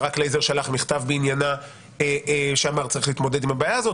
ברק לייזר שלח מכתב בעניינה שאמר שצריך להתמודד עם הבעיה הזאת,